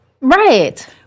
right